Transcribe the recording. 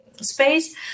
space